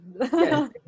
Yes